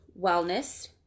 wellness